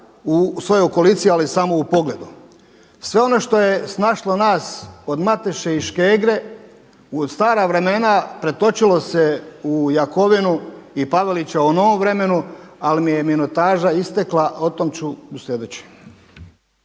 u svojoj okolici, ali samo u pogledu. Sve ono što je snašlo nas od Mateše i Škegre u stara vremena pretočilo se u Jakovinu i Pavelića u novom vremenu. Ali mi je minutaža istekla, o tom ću u sljedećem.